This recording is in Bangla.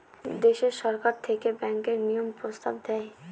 দেশে সরকার থেকে ব্যাঙ্কের নিয়ম প্রস্তাব দেয়